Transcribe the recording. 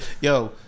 yo